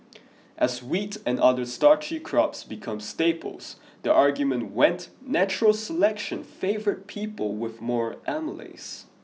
as wheat and other starchy crops became staples the argument went natural selection favoured people with more amylase